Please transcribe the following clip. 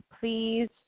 please